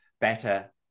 better